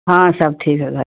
ہاں سب ٹھیک ہے گھر